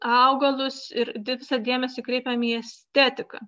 augalus ir visą dėmesį kreipiam į estetiką